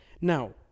Now